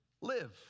live